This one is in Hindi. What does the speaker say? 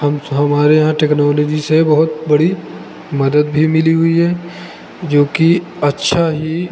हम हमारे यहाँ टेक्नोलॉजी से बहुत बड़ी मदद भी मिली हुई है जो कि अच्छा ही